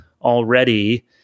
already